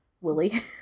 Willie